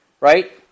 right